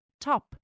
top